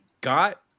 got